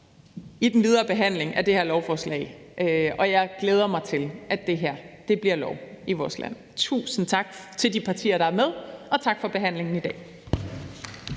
den videre behandling af det her lovforslag, og jeg glæder mig til, at det her bliver til lov i vores land. Tusind tak til de partier, der er med. Og tak for behandlingen i dag.